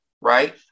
right